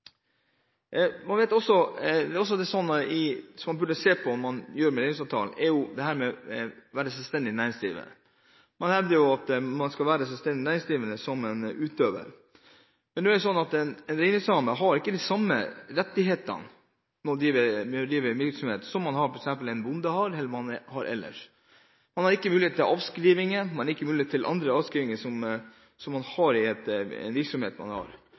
Det man også burde se på når det gjelder reindriftsavtalen, er dette med å være selvstendig næringsdrivende. Man hevder at man skal være selvstendig næringsdrivende som en utøver. Men nå er det slik at en reindriftssame har ikke de samme rettighetene med hensyn til å drive en virksomhet som f.eks. en bonde har, eller som andre har. Man har ikke mulighet til avskrivninger slik andre virksomheter har. Dette mener jeg er noe man burde se på for å likestille reindriftsnæringen med andre næringer, slik at man har